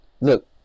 Look